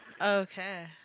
Okay